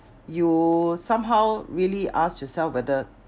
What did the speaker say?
you somehow really ask yourself whether